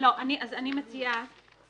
אז אני מציעה